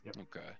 okay